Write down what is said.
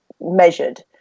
measured